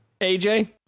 AJ